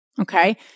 Okay